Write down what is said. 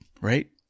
right